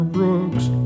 Brooks